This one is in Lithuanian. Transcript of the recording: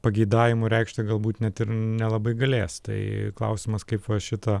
pageidavimų reikšti galbūt net ir nelabai galės tai klausimas kaip va šitą